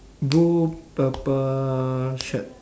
blue purple shirt